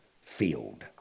field